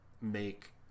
make